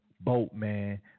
Boatman